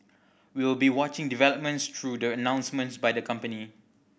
we will be watching developments through the announcements by the company